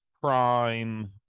Prime